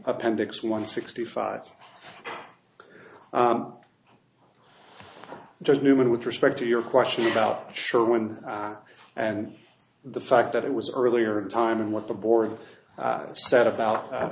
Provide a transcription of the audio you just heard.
appendix one sixty five just newman with respect to your question about sure when and the fact that it was earlier in time and what the board said about